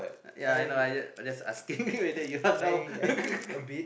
ya I know I ju~ I just asking whether you are now